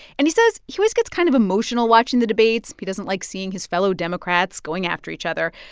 and he says he always gets kind of emotional watching the debates. he doesn't like seeing his fellow democrats going after each other.